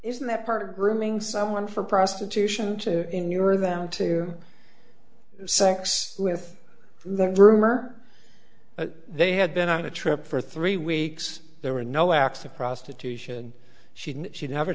isn't that part of grooming someone for prostitution in your them to sex with the rumor that they had been on a trip for three weeks there were no acts of prostitution she she never